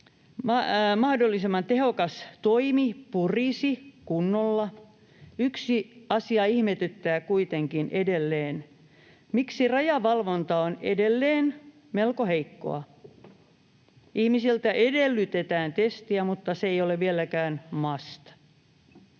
mahdollisimman tehokas toimi purisi kunnolla, yksi asia ihmetyttää kuitenkin edelleen: Miksi rajavalvonta on edelleen melko heikkoa? Ihmisiltä edellytetään testiä, mutta se ei ole vieläkään must.